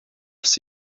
bis